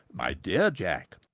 my dear jack,